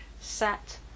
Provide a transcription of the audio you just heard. Sat